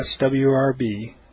swrb